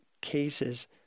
cases